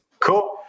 Cool